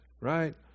Right